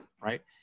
right